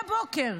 מהבוקר,